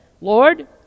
Lord